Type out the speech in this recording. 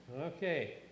Okay